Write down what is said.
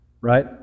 right